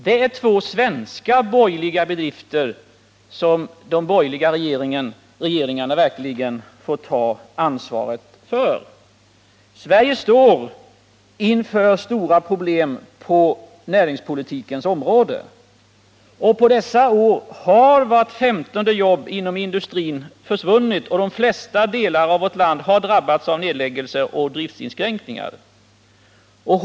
Dessa båda svenska bedrifter får de två borgerliga regeringarna verkligen ta ansvaret för. Sverige står inför stora problem på näringspolitikens område. Under de här åren av borgerligt styre har vart femtonde jobb inom industrin försvunnit, och de flesta delar av vårt land har drabbats av nedläggningar och driftsinskränkningar inom industrin.